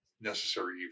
necessary